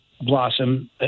blossom